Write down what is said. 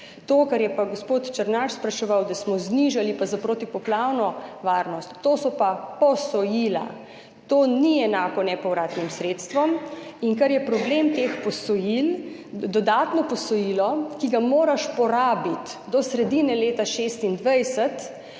To, kar je pa gospod Černač spraševal, da smo pa znižali za protipoplavno varnost, to so pa posojila, to ni enako nepovratnim sredstvom. In kar je problem teh posojil, dodatno posojilo, ki ga moraš porabiti do sredine leta 2026